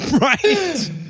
right